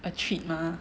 a treat mah